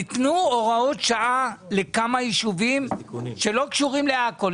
ניתנו הוראות שעה לכמה יישובים, שלא קשורים לעכו.